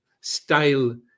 style